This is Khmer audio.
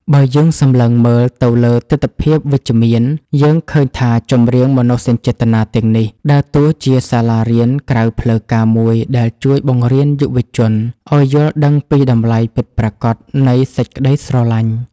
បើយើងសម្លឹងមើលទៅលើទិដ្ឋភាពវិជ្ជមាន យើងឃើញថាចម្រៀងមនោសញ្ចេតនាទាំងនេះ ដើរតួជាសាលារៀនក្រៅផ្លូវការមួយដែលជួយបង្រៀនយុវជនឱ្យយល់ដឹងពីតម្លៃពិតប្រាកដនៃសេចក្ដីស្រឡាញ់។